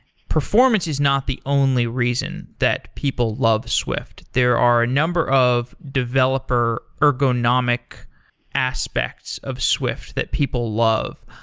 performance is not the only reason that people love swift. there are a number of developer ergonomic aspects of swift that people love.